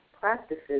practices